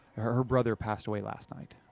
her her brother passed away last night.